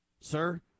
sir